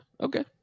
Okay